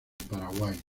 paraguay